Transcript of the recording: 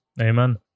Amen